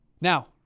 Now